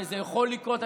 וזה יכול לקרות,